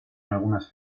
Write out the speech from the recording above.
algunas